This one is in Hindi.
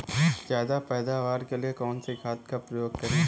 ज्यादा पैदावार के लिए कौन सी खाद का प्रयोग करें?